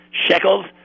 shekels